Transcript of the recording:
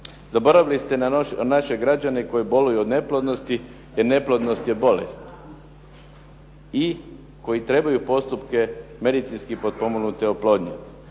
Zaboravili ste na naše građane koji boluju od neplodnosti, jer neplodnost je bolest i koji trebaju postupke medicinski potpomognute oplodnje.